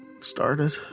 started